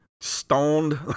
stoned